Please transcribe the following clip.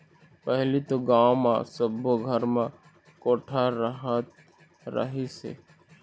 पहिली तो गाँव म सब्बो घर म कोठा रहत रहिस हे